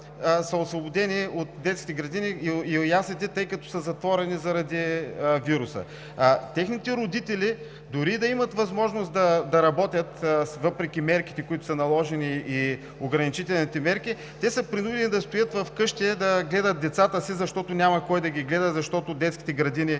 са освободени от детските градини и яслите, тъй като са затворени заради вируса. Техните родители дори и да имат възможност да работят, въпреки мерките, които са наложени и ограничителните мерки, са принудени да стоят вкъщи, да гледат децата си, защото няма кой да ги гледа, тъй като детските градини